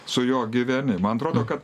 su juo gyveni man atrodo kad